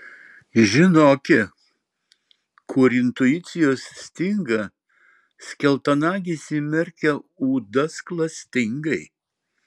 žinoki kur intuicijos stinga skeltanagis įmerkia ūdas klastingai